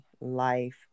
life